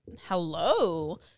hello